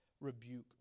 rebuke